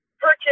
purchase